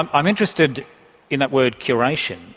i'm i'm interested in that word curation,